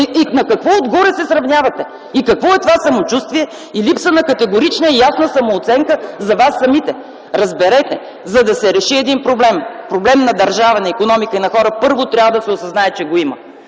На какво отгоре се сравнявате и какво е това самочувствие и липса на категорична и ясна самооценка за вас самите? Разберете, за да се реши един проблем – проблем на държава, на икономика и на хора, първо, трябва да се осъзнае, че го има.